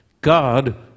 God